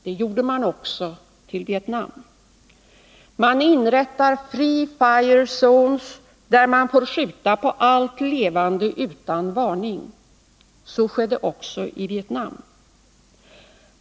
Det gjorde man också till Vietnam. Man inrättar ”free fire zones”, där man får skjuta på allt levande utan varning. Så skedde också i Vietnam.